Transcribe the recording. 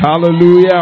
Hallelujah